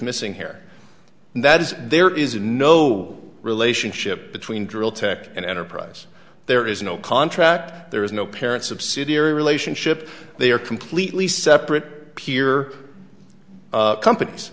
missing here and that is there is no relationship between drill tech and enterprise there is no contract there is no parent subsidiary relationship they are completely separate peer compan